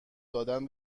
دادن